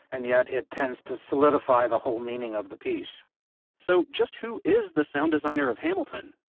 and yet it tends to solidify the whole meaning of the piece so, just who is the sound designer of hamilton?